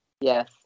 Yes